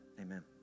Amen